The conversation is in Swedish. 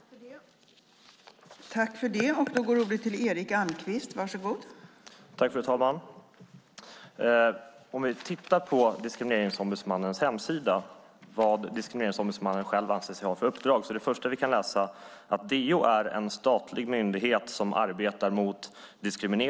Då William Petzäll, som framställt interpellationen, anmält att han var förhindrad att närvara vid sammanträdet medgav förste vice talmannen att Erik Almqvist i stället fick delta i överläggningen.